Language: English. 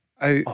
Out